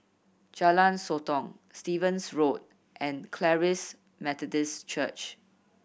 Jalan Sotong Stevens Road and Charis Methodist Church